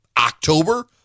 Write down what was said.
October